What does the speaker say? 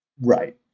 right